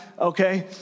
okay